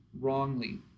wrongly